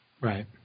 Right